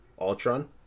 Ultron